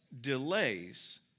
delays